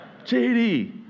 JD